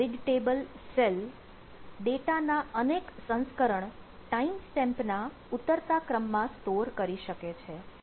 દરેક BigTable cell data ના અનેક સંસ્કરણ ટાઈમ સ્ટેમ્પ ના ઉતરતા ક્રમ માં સ્ટોર કરી શકે છે